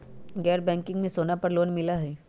गैर बैंकिंग में सोना पर लोन मिलहई?